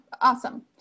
Awesome